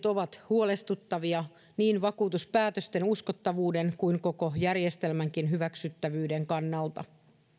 ovat huolestuttavia niin vakuutuspäätösten uskottavuuden kuin koko järjestelmänkin hyväksyttävyyden kannalta